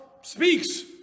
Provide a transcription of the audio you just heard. speaks